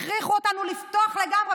הכריחו אותנו לפתוח לגמרי,